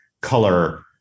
color